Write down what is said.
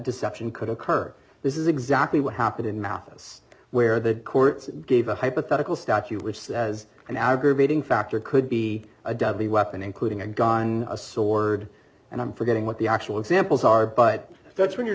deception could occur this is exactly what happened in math us where the courts gave a hypothetical statute which says an aggravating factor could be a deadly weapon including a gun a sword and i'm forgetting what the actual examples are but that's when you're